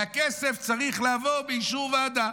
והכסף צריך לעבור באישור ועדה.